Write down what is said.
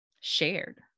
shared